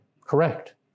correct